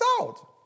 out